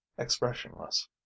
expressionless